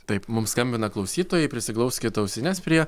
taip mums skambina klausytojai prisiglauskit ausines prie